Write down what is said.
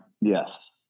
Yes